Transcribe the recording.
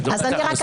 אני רק אסכם.